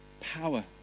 power